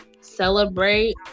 celebrate